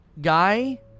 guy